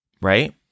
right